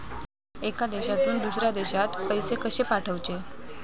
एका देशातून दुसऱ्या देशात पैसे कशे पाठवचे?